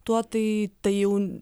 tuo tai tai jau